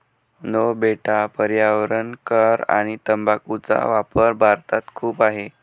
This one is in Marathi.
नो बेटा पर्यावरण कर आणि तंबाखूचा वापर भारतात खूप आहे